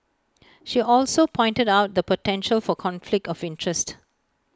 she also pointed out the potential for conflict of interest